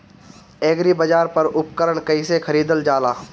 एग्रीबाजार पर उपकरण कइसे खरीदल जाला?